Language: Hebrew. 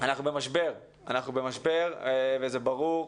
אנחנו במשבר וזה ברור.